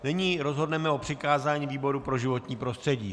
Nyní rozhodneme o přikázání výboru pro životní prostředí.